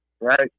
right